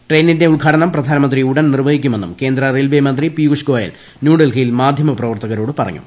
ട്രെയിനിന്റെ ഉദ്ഘാടനം പ്രധാനമന്ത്രി ഉടൻ നിർവ്വഹിക്കുമെന്നും കേന്ദ്ര റെയിൽവേ മന്ത്രി പിയൂഷ് ഗോയൽ ന്യൂഡൽഹിയിൽ മാധ്യമപ്രവർത്തകരോട് പറഞ്ഞു